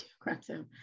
aggressive